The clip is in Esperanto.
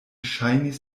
ŝajnis